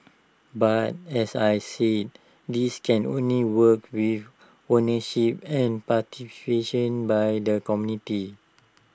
but as I said this can only work with ownership and by their community